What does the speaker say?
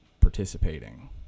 participating